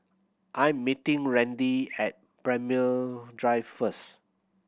I am meeting Randi at Braemar Drive first